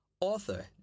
author